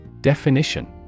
Definition